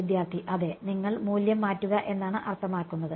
വിദ്യാർത്ഥി അതെ നിങ്ങൾ മൂല്യം മാറ്റുക എന്നാണ് അർത്ഥമാക്കുന്നത്